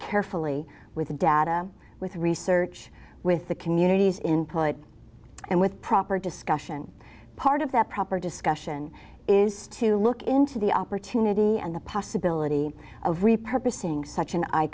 carefully with the data with research with the communities input and with proper discussion part of that proper discussion is to look into the opportunity and the possibility of repurchasing such an i